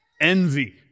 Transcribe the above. envy